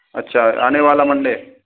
अच्छा आने वाला मंडे